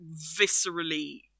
viscerally